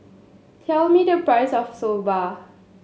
tell me the price of Soba